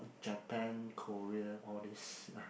Japan Korea all these ya